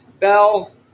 Bell